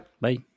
bye